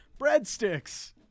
breadsticks